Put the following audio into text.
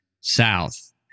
south